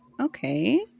Okay